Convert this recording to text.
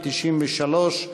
293,